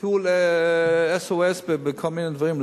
טיפול SOS בכל מיני דברים,